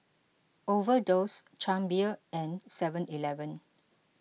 Overdose Chang Beer and Seven Eleven